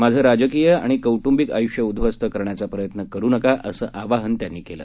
माझं राजकीय आणि कौट्रंबिक आयुष्य उद्ध्वस्थ करण्याचा प्रयत्न करू नका असं आवाहन त्यांनी केलं